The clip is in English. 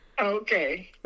Okay